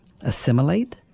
assimilate